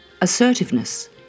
Assertiveness